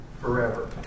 forever